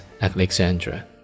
Alexandra